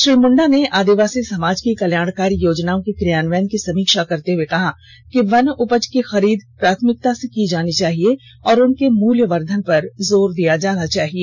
श्री मुंडा ने आदिवासी समाज की कल्याणकारी योजनाओं के क्रियान्वयन की समीक्षा करते हए कहा कि वन उपज की खरीद प्राथमिकता से की जानी चाहिए और उनके मूल्यवर्धन पर जोर दिया जाना चाहिए